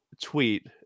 tweet